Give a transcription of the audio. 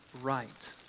right